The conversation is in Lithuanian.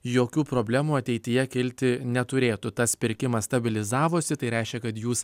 jokių problemų ateityje kilti neturėtų tas pirkimas stabilizavosi tai reiškia kad jūs